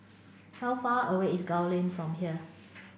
how far away is Gul Lane from here